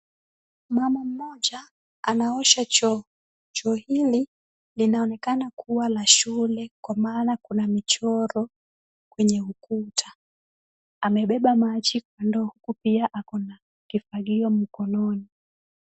Mama mmoja anaosha choo, choo hili linaonekana kuwa la shule kwa maana kuna michoro kwenye ukuta. Amebeba maji kwa ndoo huku pia ako na kifagio mkononi.